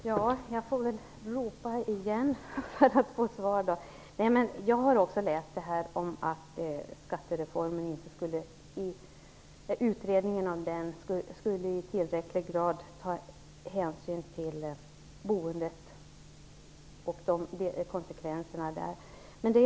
Herr talman! Jag får väl ropa igen för att få svar. Jag har också läst att utredningen av skattereformen inte i tillräcklig grad skulle ha tagit hänsyn till boendet och konsekvenserna för det.